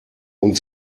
und